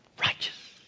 righteous